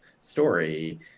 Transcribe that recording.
story